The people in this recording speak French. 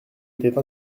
étaient